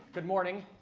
good morning,